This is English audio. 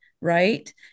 right